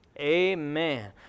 Amen